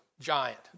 giant